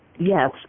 Yes